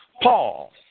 Paul